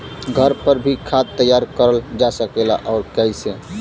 घर पर भी खाद तैयार करल जा सकेला और कैसे?